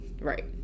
Right